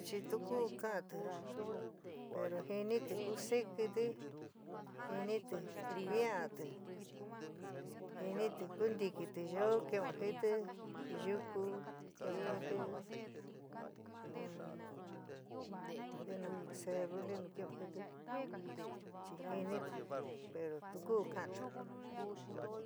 Chi tu kuú kaánti, pero jinitɨ kusikitɨ. jinitɨ jiáantɨ, jinitɨ kuntikitɨ yoó, kɨn'ó jintɨ yúku. kɨn'ó jintɨ, ntenu cerru ntenu kɨn'ó jintɨ, chi jinitɨ pero tu kuu kaanti.